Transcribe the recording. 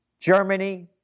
Germany